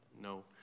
no